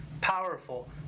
powerful